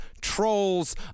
Trolls